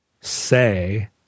say